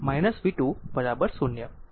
હવે v 1 4 મેં અગાઉ જોયું છે